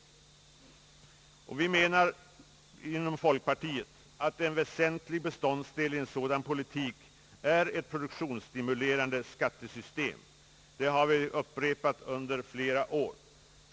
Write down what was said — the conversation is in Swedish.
Vi anser inom folkpartiet att en väsentlig beståndsdel i en sådan politik är ett produktionsstimulerande skattesystem. Det har vi upprepat under flera år.